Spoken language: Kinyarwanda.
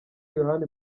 yohani